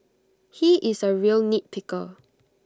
he is A real nitpicker